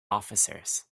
officers